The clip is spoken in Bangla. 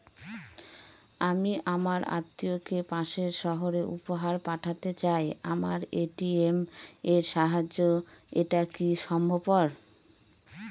আমি আমার আত্মিয়কে পাশের সহরে উপহার পাঠাতে চাই আমার এ.টি.এম এর সাহায্যে এটাকি সম্ভবপর?